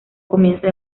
comienza